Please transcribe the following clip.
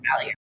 value